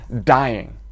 dying